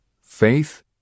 Faith